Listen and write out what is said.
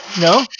No